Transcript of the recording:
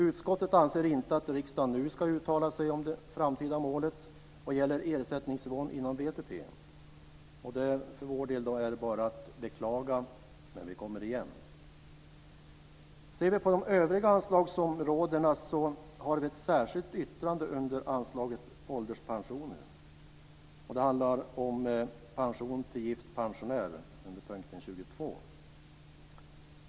Utskottet anser inte att riksdagen nu ska uttala sig om det framtida målet när det gäller ersättningsnivån inom BTP. För vår del är det bara att beklaga, men vi kommer igen. Om vi ser på de övriga anslagsområdena har vi ett särskilt yttrande under anslaget ålderspensioner. Det handlar om pension till gift pensionär under punkt 22.